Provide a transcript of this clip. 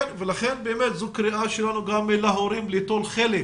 לכן זו קריאה שלנו גם להורים ליטול חלק